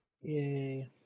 Yay